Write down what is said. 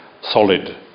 solid